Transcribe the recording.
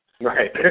Right